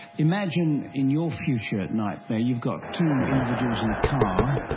imagine in your future at night, you've got two individuals in a car,